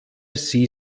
sie